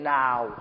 now